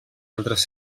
altres